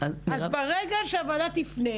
אז ברגע שהוועדה תפנה